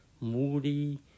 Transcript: moody